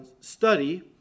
study